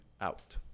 out